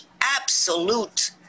absolute